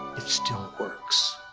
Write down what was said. it still works.